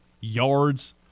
yards